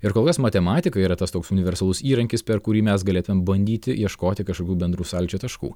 ir kol kas matematika yra tas toks universalus įrankis per kurį mes galėtumėm bandyti ieškoti kažkokių bendrų sąlyčio taškų